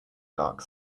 dark